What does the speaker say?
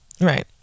right